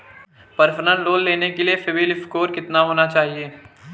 Personal loan लेने के लिए सिबिल स्कोर कितना होना चाहिए?